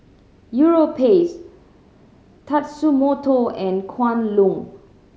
Europace Tatsumoto and Kwan Loong